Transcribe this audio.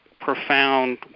profound